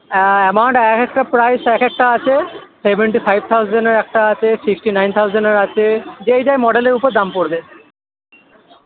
হ্যাঁ অ্যামাউন্ট এক একটা প্রাইস এক একটা আছে সেভেনটি ফাইভ থাউজেন্ডের একটা আছে সিক্সটি নাইন থাউজেন্ডের আছে যে যার মডেলের উপর দাম পড়বে